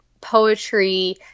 poetry